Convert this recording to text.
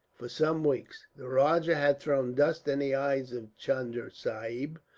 for some weeks the rajah had thrown dust in the eyes of chunda sahib,